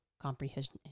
comprehension